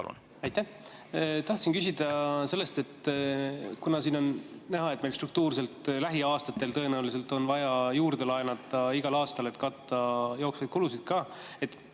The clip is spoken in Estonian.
Aitäh! Tahtsin küsida selle kohta. Kuna siin on näha, et meil struktuurselt lähiaastatel tõenäoliselt on vaja juurde laenata igal aastal, et katta jooksvaid kulusid –